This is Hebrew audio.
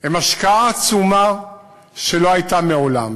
הם השקעה עצומה שלא הייתה מעולם.